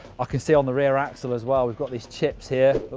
ah can see on the rear axel as well, we've got these chips here.